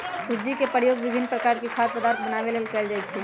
सूज्ज़ी के प्रयोग विभिन्न प्रकार के खाद्य पदार्थ बनाबे में कयल जाइ छै